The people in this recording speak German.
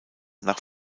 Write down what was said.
nach